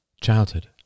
childhood